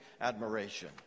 admiration